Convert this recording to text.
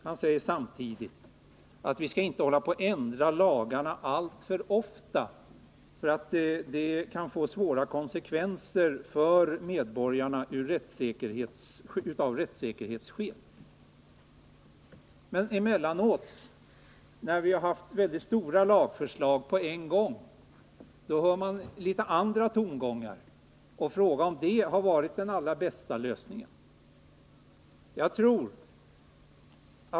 Han säger samtidigt att vi inte skall hålla på och ändra lagarna alltför ofta, för det kan få svåra konsekvenser för medborgarna ur rättssäkerhetssynpunkt. Men emellanåt, när vi har haft mycket stora lagförslag att behandla, hör man litet annorlunda tongångar. Det frågas då om detta har varit den allra bästa lösningen.